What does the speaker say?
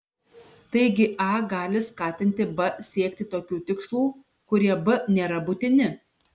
taigi a gali skatinti b siekti tokių tikslų kurie b nėra būtini